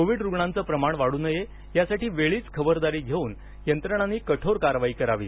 Covid रूग्णांचं प्रमाण वाढू नयेयासाठी वेळीच खबरदारी घेऊन यंत्रणांनी कठोर कारवाई करावी